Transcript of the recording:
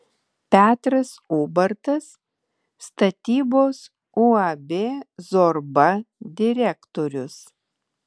petras ubartas statybos uab zorba direktorius